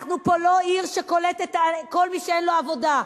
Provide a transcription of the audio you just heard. אנחנו פה לא עיר שקולטת כל מי שאין לו עבודה.